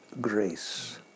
grace